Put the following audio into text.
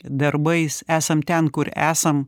darbais esam ten kur esam